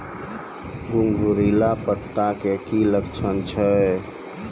घुंगरीला पत्ता के की लक्छण छै?